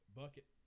bucket